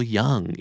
young